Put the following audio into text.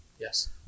Yes